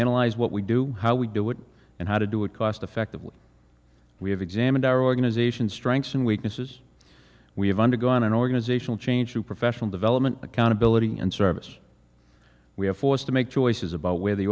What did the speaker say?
analyze what we do how we do it and how to do a cost effective way we have examined our organization strengths and weaknesses we have undergone an organizational change to professional development accountability and service we have forced to make choices about where the